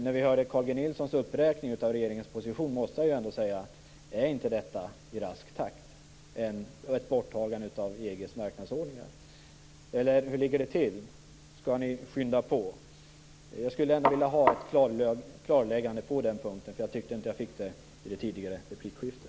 När vi har hört Carl G Nilssons uppräkning som gällde regeringens position måste jag ändå fråga: Är inte detta i rask takt ett borttagande av EG:s marknadsordningar? Eller hur ligger det till? Skall ni skynda på? Jag skulle vilja ha ett klarläggande på den punkten, för jag tycker inte att jag fick det i det tidigare replikskiftet.